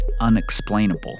unexplainable